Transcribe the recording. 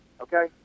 Okay